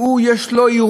זה עושק אמיתי,